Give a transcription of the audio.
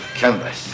canvas